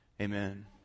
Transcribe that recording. Amen